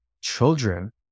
children